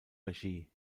regie